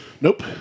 nope